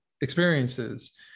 experiences